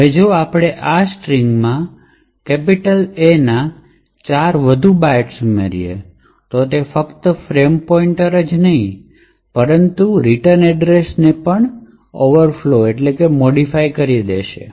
હવે જો આપણે આ સ્ટ્રિંગમાં A ના 4 વધુ બાઇટ્સ ઉમેરીએ તો તે ફક્ત ફ્રેમ પોઇન્ટરને જ ઓવરફ્લો નહીં કરે પણ રિટર્ન એડ્રેસ પણ હશે જે સ્ટેક પર મોડીફાય થાયછે